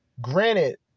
Granted